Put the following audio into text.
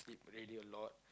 really a lot